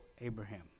Abraham